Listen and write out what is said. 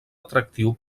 atractiu